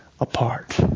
apart